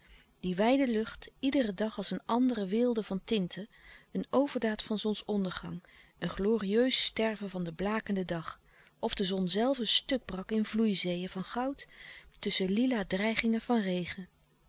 die wijde lucht iederen dag als een andere weelde van tinten een overdaad van zonsondergang een glorieus sterven van den blakenden dag of de zon zelve stuk brak in vloeizeeën van goud tusschen lila dreigingen van regen